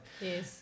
Yes